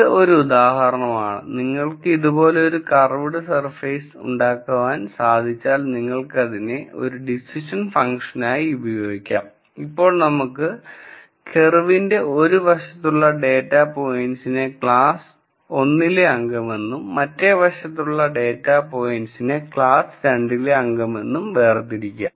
ഇത് ഒരു ഉദാഹരണമാണ് നിങ്ങള്ക്ക് ഇതുപോലെ ഒരു കർവ്ഡ് സർഫേസ് ഉണ്ടാക്കുവാൻ സാധിച്ചാൽ നിനൽക്കതിനെ ഒരു ഡിസിഷൻ ഫങ്ക്ഷനായി ഉപയോഗിക്കാം അപ്പോൾ നമുക്ക് കെർവിന്റെ ഒരു വശത്തുള്ള ഡേറ്റ പോയിന്റസിനെ ക്ലാസ് 1 ലെ അംഗമെന്നും മറ്റേ വശത്തുള്ള ഡേറ്റ പോയിന്റസിനെ ക്ലാസ് 2 ലെ അംഗമെന്നും തരംതിരിക്കാം